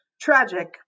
tragic